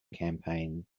campaign